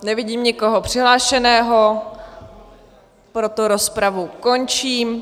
Nevidím nikoho přihlášeného, proto rozpravu končím.